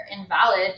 invalid